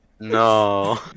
No